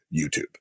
youtube